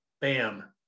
bam